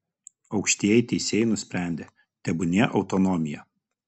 aukštieji teisėjai nusprendė tebūnie autonomija